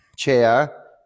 Chair